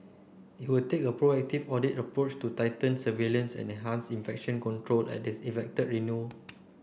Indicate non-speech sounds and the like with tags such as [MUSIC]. it will take a proactive audit approach to tighten surveillance and enhance infection control at the [UNINTELLIGIBLE] renal